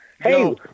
Hey